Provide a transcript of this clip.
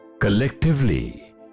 Collectively